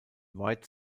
white